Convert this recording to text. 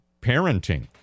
parenting